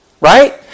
Right